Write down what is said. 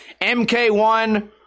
MK1